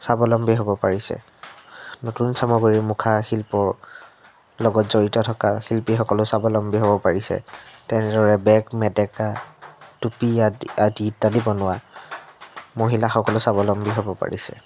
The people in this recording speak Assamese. স্বাৱলম্বী হ'ব পাৰিছে নতুন চামগুৰি মুখা শিল্পৰ লগত জড়িত থকা শিল্পীসকলো স্বাৱলম্বী হ'ব পাৰিছে তেনেদৰে বেগ মেটেকা টুপি আদি আদি ইত্যাদি বনোৱা মহিলাসকলো স্বাৱলম্বী হ'ব পাৰিছে